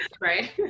Right